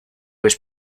was